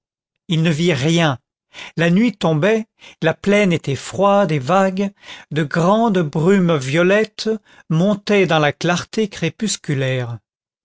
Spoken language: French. il ne vit rien la nuit tombait la plaine était froide et vague de grandes brumes violettes montaient dans la clarté crépusculaire